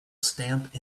stamp